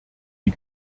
die